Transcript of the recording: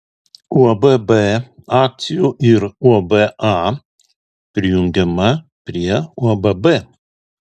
uab b akcijų ir uab a prijungiama prie uab b